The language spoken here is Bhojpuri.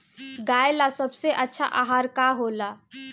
गाय ला सबसे अच्छा आहार का होला?